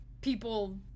people